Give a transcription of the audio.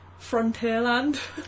Frontierland